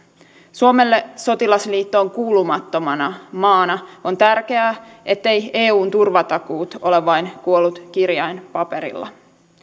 suomelle sotilasliittoon kuulumattomana maana on tärkeää etteivät eun turvatakuut ole vain kuollut kirjain paperilla